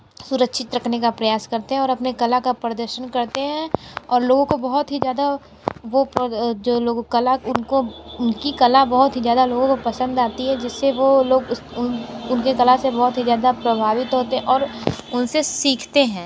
सुरक्षित रखने का प्रयास करते हैं और अपने कला का प्रदर्शन करते हैं और लोगों को बहुत ही ज़्यादा वो प्रो जो लोग कला उनको उनकी कला बहुत ही ज़्यादा लोगों को पसंद आती है जिससे वो लोग उस उनकी कला से बहुत ही ज़्यादा प्रभावित होते और उनसे सीखते हैं